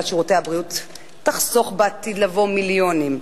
שירותי הבריאות תחסוך בעתיד לבוא מיליונים.